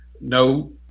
no